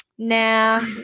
nah